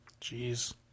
Jeez